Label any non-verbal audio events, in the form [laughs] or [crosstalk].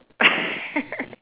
[laughs]